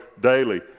daily